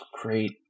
great